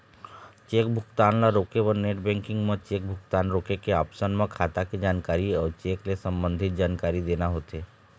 cheque भुगतान ल रोके बर नेट बेंकिंग म चेक भुगतान रोके के ऑप्सन म खाता के जानकारी अउ चेक ले संबंधित जानकारी देना होथे